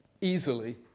easily